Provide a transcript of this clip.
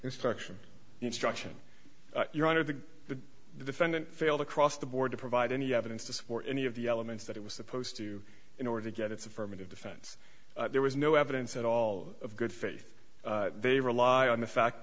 instruction instruction your honor that the defendant failed across the board to provide any evidence to support any of the elements that it was supposed to in order to get its affirmative defense there was no evidence at all of good faith they rely on the fact